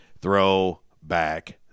throwback